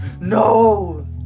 No